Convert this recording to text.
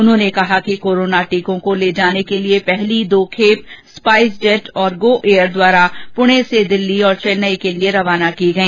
उन्होंने कहा कि कोरोना टीकों को ले जाने के लिए पहली दो खेप स्पाइस जेट और गो एयर द्वारा पुणे से दिल्ली और चेन्नई के लिए रवाना की गई